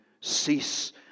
Cease